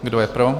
Kdo je pro?